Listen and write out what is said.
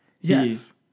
Yes